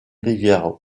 rivières